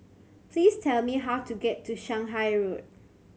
please tell me how to get to Shanghai Road